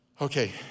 Okay